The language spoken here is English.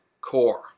CORE